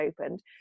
opened